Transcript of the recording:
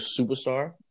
superstar